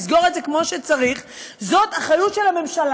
לסגור את זה כמו שצריך זה אחריות של הממשלה,